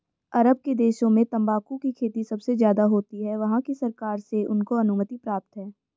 अरब के देशों में तंबाकू की खेती सबसे ज्यादा होती है वहाँ की सरकार से उनको अनुमति प्राप्त है